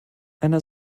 einer